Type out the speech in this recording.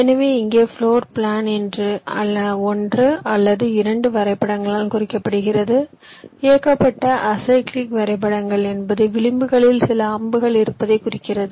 எனவே இங்கே floor plan ஒன்று அல்ல இரண்டு வரைபடங்களால் குறிக்கப்படுகிறது இயக்கப்பட்ட அசைக்ளிக் வரைபடங்கள் என்பது விளிம்புகளில் சில அம்புகள் இருப்பதைக் குறிக்கிறது